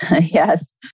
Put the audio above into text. Yes